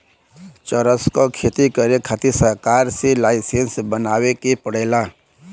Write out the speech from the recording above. चरस क खेती करे खातिर सरकार से लाईसेंस बनवाए के पड़ेला